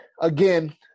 again